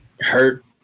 hurt